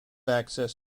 access